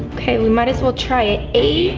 okay we might as well try it. eight